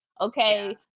Okay